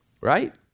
Right